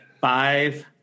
five